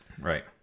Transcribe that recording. Right